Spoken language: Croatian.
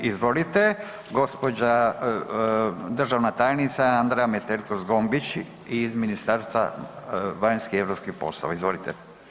Izvolite, gđa. državna tajnica Andreja Metelko Zgombić iz Ministarstva vanjskih i europskih poslova, izvolite.